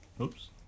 Oops